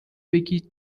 بگید